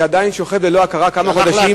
שעדיין שוכב ללא הכרה כמה חודשים.